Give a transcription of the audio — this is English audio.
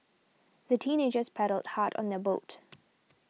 the teenagers paddled hard on their boat